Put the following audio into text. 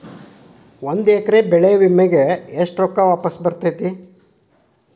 ಒಂದು ಎಕರೆ ಬೆಳೆ ವಿಮೆಗೆ ಎಷ್ಟ ರೊಕ್ಕ ವಾಪಸ್ ಬರತೇತಿ?